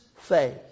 faith